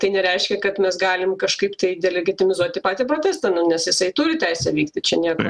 tai nereiškia kad mes galim kažkaip tai deligimitizuoti patį protestą nes jisai turi teisę vykti čia nieko